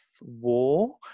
war